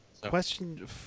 question